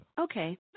Okay